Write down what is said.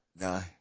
No